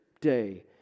day